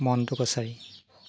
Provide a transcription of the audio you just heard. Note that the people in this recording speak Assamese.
মন্তু কছাৰী